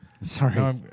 Sorry